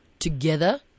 together